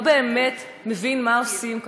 לא באמת מבין מה עושים כאן,